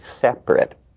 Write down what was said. separate